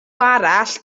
arall